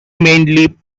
mainly